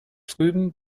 drüben